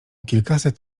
kilkaset